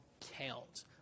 count